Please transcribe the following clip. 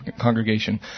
congregation